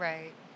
Right